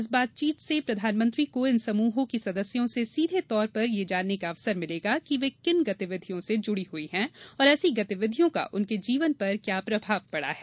इस बातचीत से प्रधानमंत्री को इन समुहों की सदस्यों र्स सीधे तौर पर यह जानने का अवसर मिलेगा कि वे किन गतिविधियों से जुड़ी हुई हैं और ऐसी गतिविधियों का उनके जीवन पर क्या प्रभाव पड़ा है